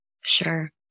Sure